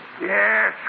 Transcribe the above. Yes